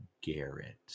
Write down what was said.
Garrett